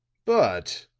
but,